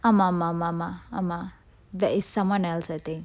ஆமா ஆமா ஆமா ஆமா ஆமா:aama aama aama aama aama that is someone else I think